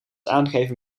aangeven